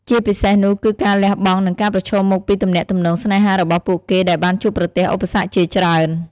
ជាពិសេសនោះគឺការលះបង់ និងការប្រឈមមុខពីទំនាក់ទំនងស្នេហារបស់ពួកគេដែលបានជួបប្រទះឧបសគ្គជាច្រើន ។